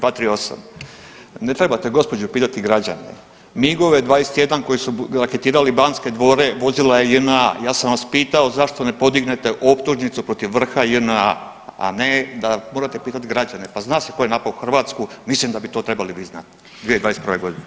238. ne trebate gospođo pitati građane, MIG-ove 21 koji su raketirali Banske dvore vozila je JNA, ja sam vas pitao zašto ne podignete optužnicu protiv vrha JNA, a ne da morate pitati građane, pa zna se tko je napao Hrvatsku mislim da bi vi to trebali znati, 2021. godine.